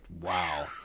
wow